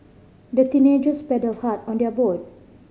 the teenagers paddled hard on their boat